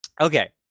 Okay